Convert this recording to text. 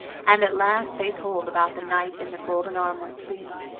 and at last they told about the knight in the golden armor too.